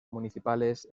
municipales